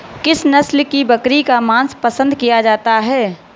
किस नस्ल की बकरी का मांस पसंद किया जाता है?